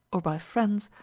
or by friends,